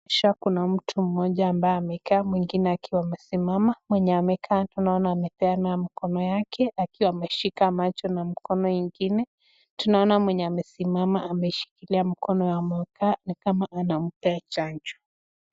Kuna mtu mmoja ambae